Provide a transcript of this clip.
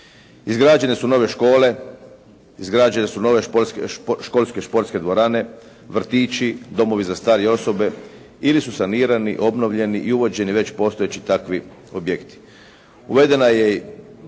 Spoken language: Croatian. Izgrađene su nove škole, izgrađene su nove školske športske dvorane, vrtići, domovi za starije osobe ili su sanirani, obnovljeni i uvođeni već postojeći takvi objekti. Uvedena je u